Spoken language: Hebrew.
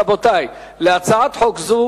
רבותי, להצעת חוק זו